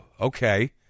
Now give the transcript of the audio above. okay